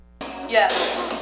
yes